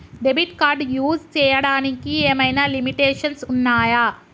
Debit card use చేయడానికి ఏమైనా limitations ఉన్నాయా?